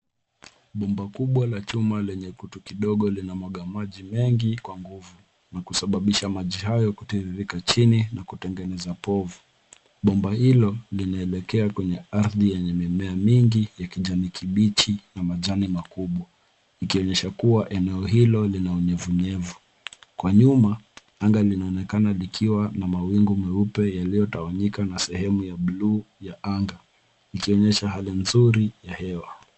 Bomba kubwa la chuma lenye kutu kidogo linamwaga maji mengi kwa nguvu, na kusababisha maji hayo kutiririka chini na kutengeneza povu. Bomba hilo linaelekea kwenye ardhi yenye mimea mingi ya kijani kibichi na majani makubwa, ikionyesha kuwa eneo hilo lina unyevu unyevu. Kwa nyuma, anga linaoneka kuwa na mawingu meupe yaliyotawanyika na sehemu ya buluu ya anga ikionyesha hali nzuri ya hewa.